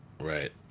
Right